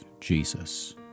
Jesus